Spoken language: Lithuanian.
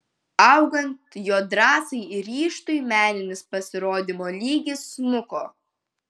augant jo drąsai ir ryžtui meninis pasirodymo lygis smuko